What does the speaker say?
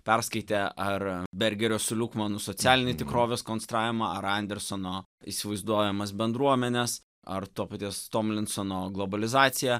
perskaitę ar bergerio su liukmanu socialinį tikrovės konstravimą ar andersono įsivaizduojamas bendruomenes ar to paties tomlinsono globalizaciją